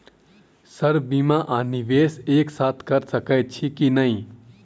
Sir बीमा आ निवेश एक साथ करऽ सकै छी की न ई?